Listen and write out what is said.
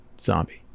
zombie